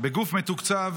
בגוף מתוקצב